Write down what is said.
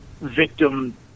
victim